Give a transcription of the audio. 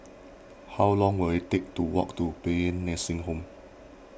how long will it take to walk to Paean Nursing Home